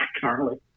currently